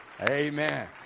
Amen